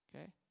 Okay